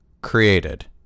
created